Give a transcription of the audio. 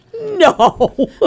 No